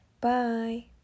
bye